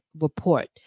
Report